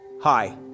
Hi